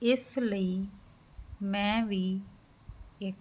ਇਸ ਲਈ ਮੈਂ ਵੀ ਇੱਕ